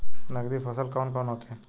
नकदी फसल कौन कौनहोखे?